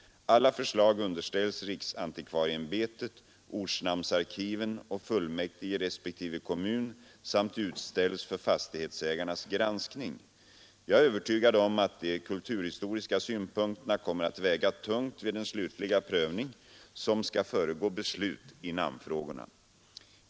Alla förslag underställs = riksantikvarieämbetet, ortnamnsarkiven och fullmäktige i respektive kommun samt utställs för fastighetsägarnas granskning. Jag är övertygad om att de kulturhistoriska synpunkterna kommer att väga tungt vid den slutliga prövning som skall föregå beslut i namnfrågorna.